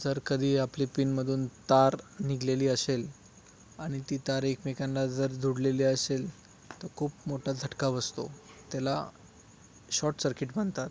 जर कधी आपले पिनमधून तार निघलेली असेल आणि ती तार एकमेकांना जर जुडलेली असेल तर खूप मोठा झटका बसतो त्याला शॉट सर्किट म्हणतात